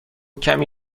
کمی